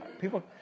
people